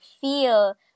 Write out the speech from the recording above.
feel